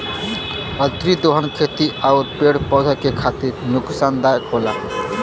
अतिदोहन खेती आउर पेड़ पौधन के खातिर नुकसानदायक होला